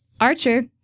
Archer